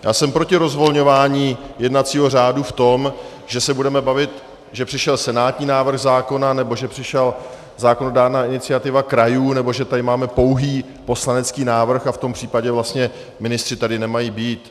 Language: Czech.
Já jsem proti rozvolňování jednacího řádu v tom, že se budeme bavit, že přišel senátní návrh zákona nebo že přišla zákonodárná iniciativa krajů, nebo že tady máme pouhý poslanecký návrh a v tom případě vlastně ministři tady nemají být.